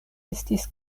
estis